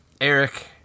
Eric